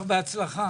בהצלחה.